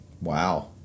Wow